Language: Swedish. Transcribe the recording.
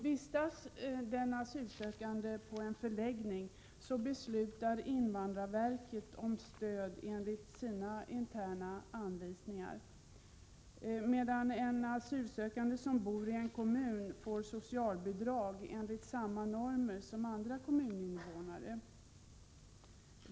Vistas den asylsökande på en förläggning beslutar invandrarverket om stöd enligt sina interna anvisningar, medan asylsökande som bor i en kommun får socialbidrag enligt samma normer som andra kommuninvånare.